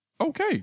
Okay